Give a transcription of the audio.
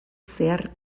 zehar